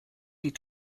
die